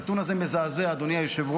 הנתון הזה מזעזע, אדוני היושב-ראש.